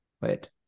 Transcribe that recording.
Wait